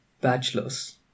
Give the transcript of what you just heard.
bachelor's